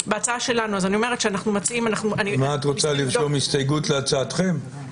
את רוצה לרשום הסתייגות להצעתכם?